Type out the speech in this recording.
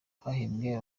hahembwe